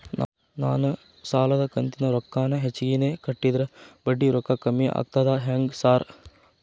ನಾನ್ ಸಾಲದ ಕಂತಿನ ರೊಕ್ಕಾನ ಹೆಚ್ಚಿಗೆನೇ ಕಟ್ಟಿದ್ರ ಬಡ್ಡಿ ರೊಕ್ಕಾ ಕಮ್ಮಿ ಆಗ್ತದಾ ಹೆಂಗ್ ಸಾರ್?